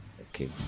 okay